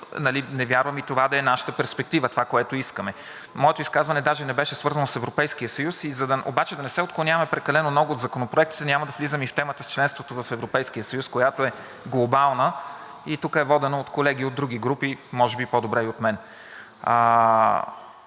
Не вярвам и това да е нашата перспектива, това, което искаме. Моето изказване даже не беше свързано с Европейския съюз. Обаче да не се отклоняваме прекалено много от законопроектите. Няма да влизам и в темата с членството в Европейския съюз, която е глобална и тук е водена от колеги от други групи може би по-добре и от мен.